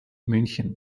münchen